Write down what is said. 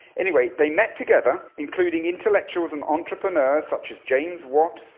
anyway, they met together, including intellectuals and entrepreneurs such as james watt,